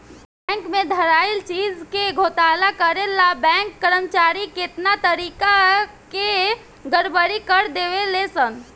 bank में धइल चीज के घोटाला करे ला बैंक कर्मचारी कितना तारिका के गड़बड़ी कर देवे ले सन